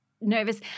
nervous